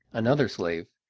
another slave,